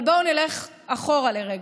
אבל בואו נלך אחורה לרגע.